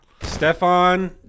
Stefan